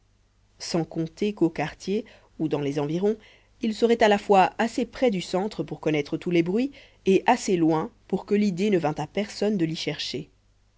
sans compter qu'au quartier ou dans les environs il serait à la fois assez près du centre pour connaître tous les bruits et assez loin pour que l'idée ne vint à personne de l'y chercher